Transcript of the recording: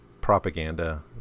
propaganda